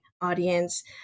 audience